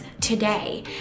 today